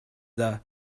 the